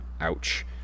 Ouch